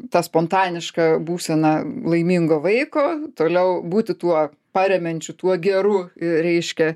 ta spontaniška būsena laimingo vaiko toliau būti tuo paremiančiu tuo geru reiškia